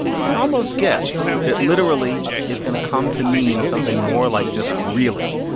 you can almost guess that literally is going to come to mean something more like just really.